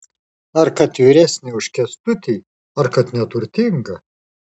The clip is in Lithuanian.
ar kad vyresnė už kęstutį ar kad neturtinga